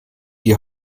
die